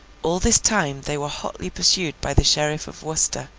all this time they were hotly pursued by the sheriff of worcester,